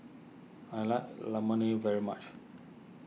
I like Imoni very much